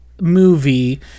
movie